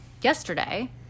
yesterday